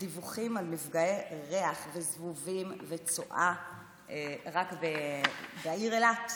דיווחים על מפגעי ריח וזבובים וצואה רק בעיר אילת,